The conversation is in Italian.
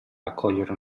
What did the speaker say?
raccogliere